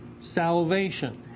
Salvation